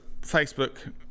Facebook